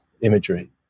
imagery